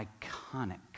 iconic